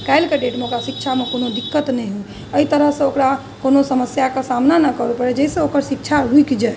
काल्हिके डेटमे ओकरा शिक्षामे कोनो दिक्कत नहि होइ एहि तरहसँ ओकरा कोनो समस्याके सामना नहि करऽ पड़ै जाहिसँ ओकर शिक्षा रुकि जाइ